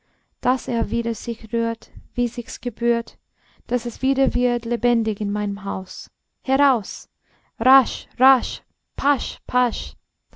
daß er wieder sich rührt wie sich's gebührt daß es wieder wird lebendig in meinem haus heraus rasch rasch pasch pasch